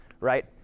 right